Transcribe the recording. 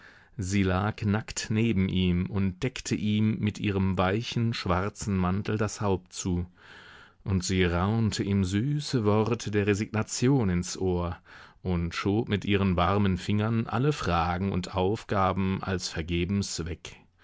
sie lag nackt neben ihm und deckte ihm mit ihrem weichen schwarzen mantel das haupt zu und sie raunte ihm süße worte der resignation ins ohr und schob mit ihren warmen fingern alle fragen und aufgaben als vergebens